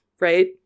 right